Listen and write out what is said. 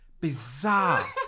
bizarre